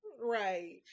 Right